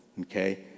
Okay